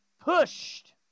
pushed